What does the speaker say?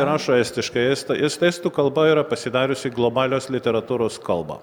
rašo estiškai esto es estų kalba yra pasidariusi globalios literatūros kalba